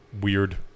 weird